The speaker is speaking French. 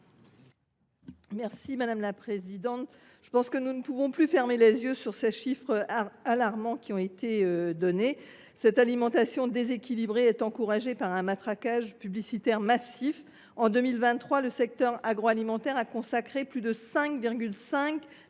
explication de vote. À mon sens, nous ne pouvons plus fermer les yeux sur les chiffres alarmants qui ont été communiqués. L’alimentation déséquilibrée est encouragée par un matraquage publicitaire massif. En 2023, le secteur agroalimentaire a consacré plus de 5,5